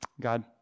God